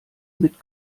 mit